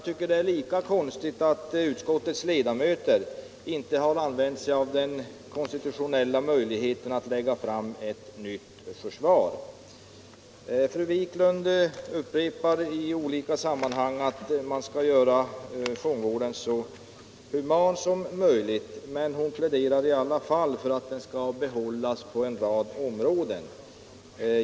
Det är lika konstigt att utskottets ledamöter inte har använt sig av den konstitutionella möjligheten att lägga fram ett nytt förslag. Fru Wiklund upprepar i olika sammanhang att man skall göra fångvården så human som möjligt. Men hon pläderar i alla fall för att isoleringen skall bibehållas på en rad områden.